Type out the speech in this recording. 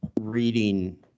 reading